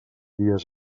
dies